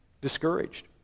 discouraged